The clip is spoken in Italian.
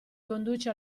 conduce